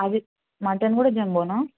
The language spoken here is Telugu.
అవి మటన్ కూడా జంబోనా